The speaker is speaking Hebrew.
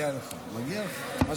מגיע לך, מגיע לך.